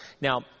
Now